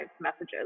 messages